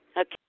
Okay